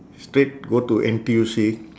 straight go to N_T_U_C